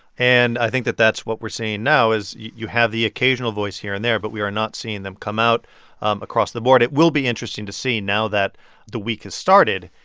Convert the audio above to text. and i think that that's what we're seeing now is you have the occasional voice here and there, but we are not seeing them come out across the board. it will be interesting to see, now that the week has started,